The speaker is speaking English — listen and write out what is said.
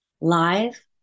live